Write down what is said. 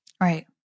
Right